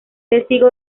testigo